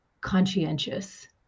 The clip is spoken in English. conscientious